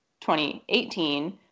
2018